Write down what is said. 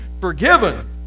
forgiven